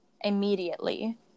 immediately